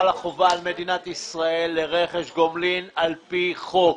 חלה חובה על מדינת ישראל לרכש גומלין על פי חוק.